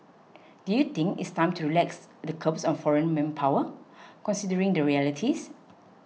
do you think it's time to relax the curbs on foreign manpower considering the realities